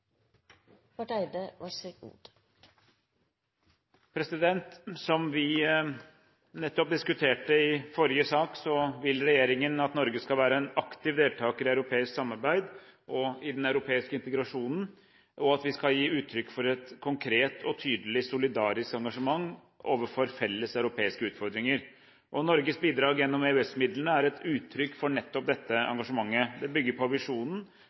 Som vi nettopp diskuterte i forrige sak, vil regjeringen at Norge skal være en aktiv deltaker i europeisk samarbeid og i den europeiske integrasjonen, og at vi skal gi uttrykk for et konkret og tydelig solidarisk engasjement overfor felles europeiske utfordringer. Norges bidrag gjennom EØS-midlene er et uttrykk for nettopp dette engasjementet. Det bygger på